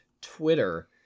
Twitter